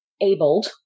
abled